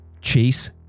Chase